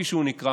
כפי שהוא נקרא,